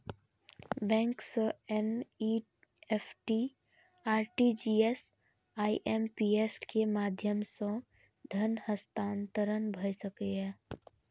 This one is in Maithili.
बैंक सं एन.ई.एफ.टी, आर.टी.जी.एस, आई.एम.पी.एस के माध्यम सं धन हस्तांतरण भए सकैए